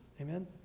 Amen